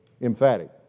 Emphatic